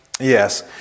Yes